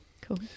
Cool